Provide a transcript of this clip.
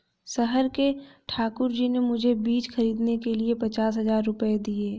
शहर के ठाकुर जी ने मुझे बीज खरीदने के लिए पचास हज़ार रूपये दिए